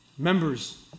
Members